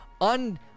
Un